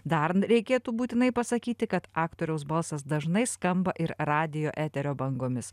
dar reikėtų būtinai pasakyti kad aktoriaus balsas dažnai skamba ir radijo eterio bangomis